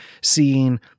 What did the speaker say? seeing